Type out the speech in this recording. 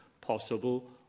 possible